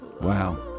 Wow